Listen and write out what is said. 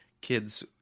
kids